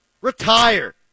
Retire